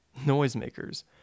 noisemakers